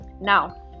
Now